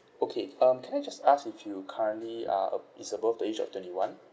okay um can I just ask if you currently are ab~ is above the age of twenty one